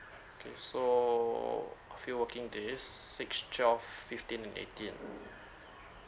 okay so few working days six twelve fifteen and eighty